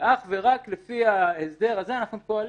ואך ורק לפי ההסדר הזה אנחנו פועלים.